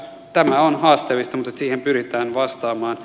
tämä on haasteellista mutta siihen pyritään vastaamaan